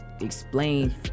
explain